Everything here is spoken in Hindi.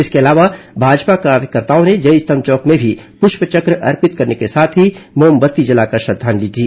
इसके अलावा भाजपा कार्यकर्ताओं ने जयस्तंभ चौक में भी पृष्पचक्र अर्पित करने के साथ ही मोमबत्ती जलाकर श्रद्वांजलि दी